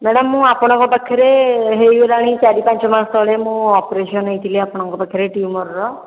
madam ମୁଁ ଆପଣଙ୍କ ପାଖରେ ହୋଇଗଲାଣି ଚାରି ପାଞ୍ଚ ମାସ ତଳେ ମୁଁ ଅପରେସନ୍ ହୋଇଥିଲି ଆପଣଙ୍କ ପାଖରେ ଟିଉମର୍ ର